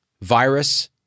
virus